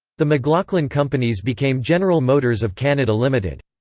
the mclaughlin companies became general motors of canada limited.